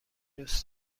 دوست